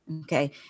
Okay